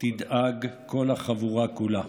תדאג כל החבורה כולה".